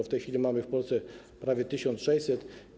W tej chwili mamy ich w Polsce prawie 1600.